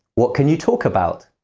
what can you talk about?